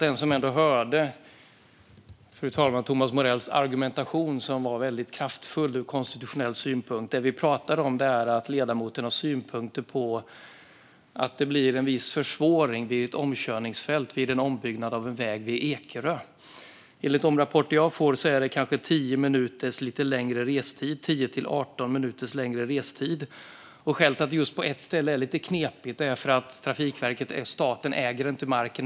Jag säger detta för den som ändå hörde Thomas Morells argumentation, som var väldigt kraftfull ur konstitutionell synpunkt, där ledamoten har synpunkter på att det blir en viss försvåring vid ett omkörningsfält vid en ombyggnad av en väg vid Ekerö. Enligt de rapporter jag får är det kanske 10-18 minuters längre restid. Skälet till att det är lite knepigt just på ett ställe är att Trafikverket, staten, inte äger marken.